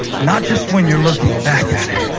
not just when you're looking back at it.